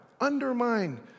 undermine